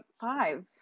five